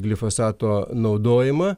glifosato naudojimą